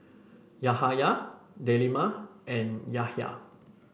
Yahaya Delima and Yahya